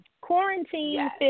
Quarantine